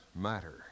matter